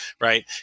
right